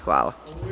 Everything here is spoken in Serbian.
Hvala.